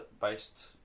based